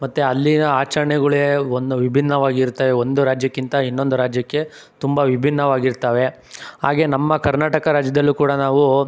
ಮತ್ತು ಅಲ್ಲಿನ ಆಚರ್ಣೆಗಳೇ ಒಂದು ವಿಭಿನ್ನವಾಗಿರುತ್ತವೆ ಒಂದು ರಾಜ್ಯಕ್ಕಿಂತ ಇನ್ನೊಂದು ರಾಜ್ಯಕ್ಕೆ ತುಂಬ ವಿಭಿನ್ನವಾಗಿರ್ತವೆ ಹಾಗೇ ನಮ್ಮ ಕರ್ನಾಟಕ ರಾಜ್ಯದಲ್ಲೂ ಕೂಡ ನಾವು